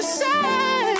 say